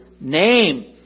name